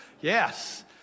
Yes